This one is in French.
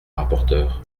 rapporteur